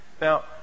Now